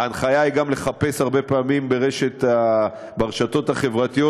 ההנחיה היא גם לחפש הרבה פעמים ברשתות החברתיות,